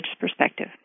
perspective